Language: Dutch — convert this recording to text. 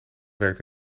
werkt